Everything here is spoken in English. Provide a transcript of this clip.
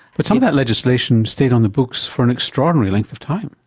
but some of that legislation stayed on the books for an extraordinary length of time.